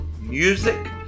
music